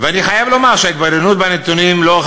ואני חייב לומר שההתבוננות בנתונים לאורך